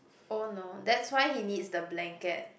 oh no that's why he needs the blanket